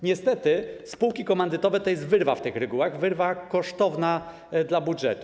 Niestety spółki komandytowe to jest wyrwa w tych regułach, wyrwa kosztowna dla budżetu.